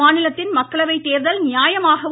அம்மாநிலத்தின் மக்களவை தோதல் நியாயமாகவும்